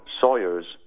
Sawyers